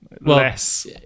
less